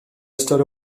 ystod